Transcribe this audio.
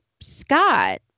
Scott